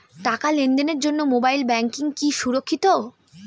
টাকা লেনদেনের জন্য মোবাইল ব্যাঙ্কিং কি সুরক্ষিত?